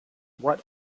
what